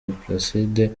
placide